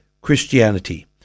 Christianity